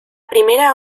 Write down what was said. primera